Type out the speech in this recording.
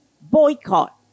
Boycott